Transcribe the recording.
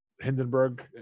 Hindenburg